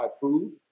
food